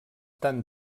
tant